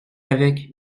avec